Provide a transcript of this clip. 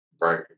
right